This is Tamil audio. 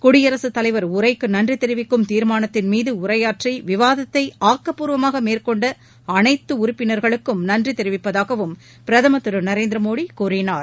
குடியரசு தலைவர் உரைக்கு நன்றி தெரிவிக்கும் தீர்மானத்தின் மீது உரையாற்றி விவாதத்தை ஆக்கப்பூர்வமாக மேற்கொண்ட அனைத்து உறுப்பினர்களுக்கும் நன்றி தெரிவிப்பதாகவும் பிரதமர் திரு நரேந்திர மோடி கூறினார்